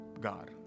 God